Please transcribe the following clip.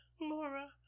Laura